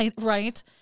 Right